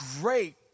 great